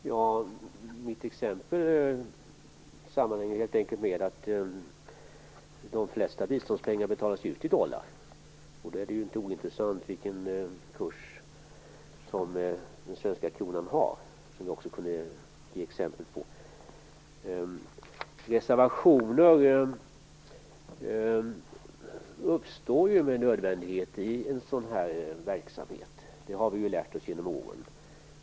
Herr talman! Mitt exempel sammanhänger helt enkelt med att de flesta biståndspengar betalas ut i dollar, och då är det ju inte ointressant vilken kurs som den svenska kronan har. Reservationer uppstår med nödvändighet i en sådan här verksamhet. Det har vi lärt oss genom åren.